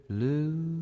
Blue